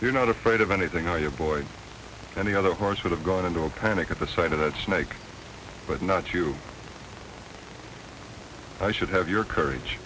you're not afraid of anything are your board and the other horse would have gone into a panic at the sight of that snake but not you i should have your courage